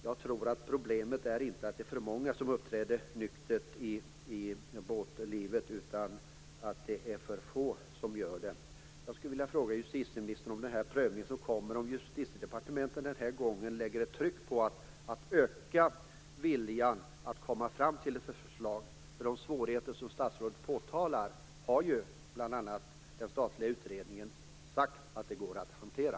Jag tror inte att problemet är att det finns för många som uppträder nyktert i båtlivet utan att det är för få som gör det. Jag skulle vilja fråga angående den prövning som kommer om Justitiedepartementet den här gången lägger ett tryck på att öka viljan att komma fram till ett förslag. De svårigheter som statsrådet påtalar går enligt vad bl.a. den statliga utredningen sagt att hantera.